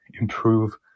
improve